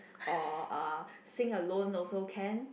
or uh sing alone also can